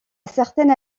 certaines